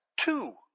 two